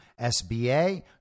SBA